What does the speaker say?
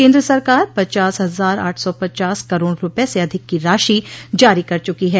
केन्द्र सरकार पचास हजार आठ सौ पचास करोड रुपये से अधिक की राशि जारी कर चुकी है